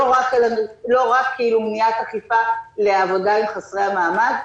לא רק מניעת אכיפה לעבודה עם חסרי המעמד.